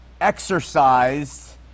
exercised